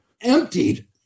emptied